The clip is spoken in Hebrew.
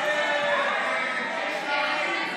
ההצעה להעביר את הצעת חוק שירות לאומי-אזרחי (תיקון מס'